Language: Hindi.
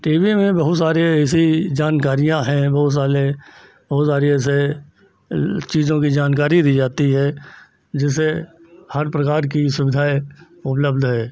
टी वी में बहुत सारी ऐसी जानकारियाँ हैं बहुत सारे बहुत सारी ऐसे चीज़ों की जानकारी दी जाती है कि जैसे हर प्रकार की सुविधाएँ उपलब्ध है